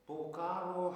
po karo